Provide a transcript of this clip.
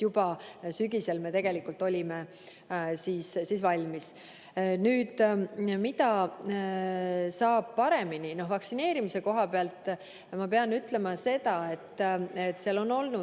Juba sügisel me tegelikult olime valmis. Nüüd, mida saab paremini? Vaktsineerimise kohta ma pean ütlema seda, et selles on olnud